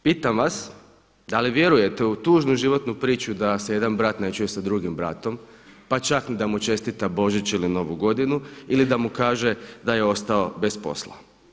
Pitam vas, da li vjerujete u tužnu životnu priču da se jedan brat ne čuje sa drugim bratom pa čak ni da mu čestita Božić ili Novu godinu ili da mu kaže da je ostao bez posla?